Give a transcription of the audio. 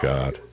God